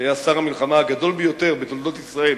שהיה שר המלחמה הגדול ביותר בתולדות ישראל,